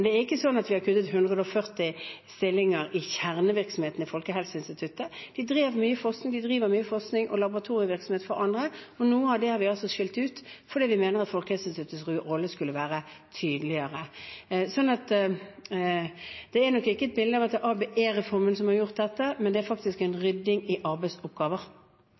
kjernevirksomheten til Folkehelseinstituttet. De drev mye forskning, de driver mye forskning og laboratorievirksomhet for andre, og noe av det har vi skilt ut fordi vi mener at Folkehelseinstituttets rolle skal være tydeligere. Så det er ikke ABE-reformen som er grunnen til dette, det er faktisk en rydding i arbeidsoppgaver. Audun Lysbakken – til oppfølgingsspørsmål. Det er riktig at kuttene i Folkehelseinstituttet har vært vesentlig mer omfattende enn bare det arbeidet skulle tilsi. Det europeiske smittevernbyrået uttrykte bekymring i